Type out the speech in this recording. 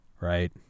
right